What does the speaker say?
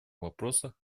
вопросах